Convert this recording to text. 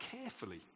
carefully